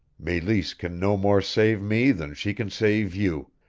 meleese can no more save me than she can save you,